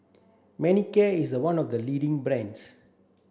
Manicare is one of the leading brands